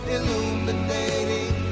Illuminating